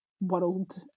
world